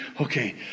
okay